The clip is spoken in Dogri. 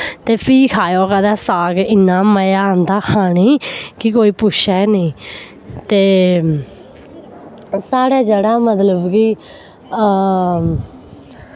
ते फ्ही खायो कदै साग इन्ना मजा आंदा खाने गी कि कोई पुच्छै नेईं ते साढ़ै जेह्ड़ा मतलब कि